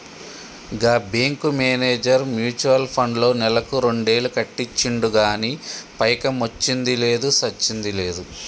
గా bank manager mutual ఫండ్లో నెలకు రెండేలు కట్టించిండు గానీ పైకమొచ్చ్చింది లేదు, సచ్చింది లేదు